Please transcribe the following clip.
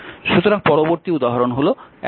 সুতরাং পরবর্তী উদাহরণ হল 14